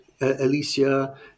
Alicia